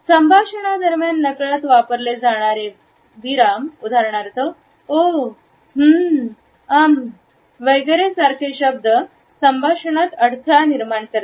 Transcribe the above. संभाषणादरम्यान नकळत वापरले जाणारे विराम उदाहरणार्थ ओह उम्म वगैरे सारखे शब्दसंभाषणात अडथळा निर्माण करतात